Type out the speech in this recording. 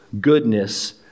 goodness